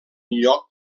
lloc